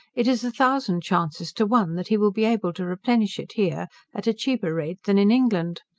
it is a thousand chances to one that he will be able to replenish it here at a cheaper rate than in england.